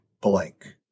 blank